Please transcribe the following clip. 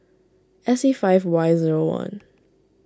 S E five Y zero one